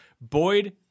Boyd